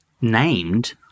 named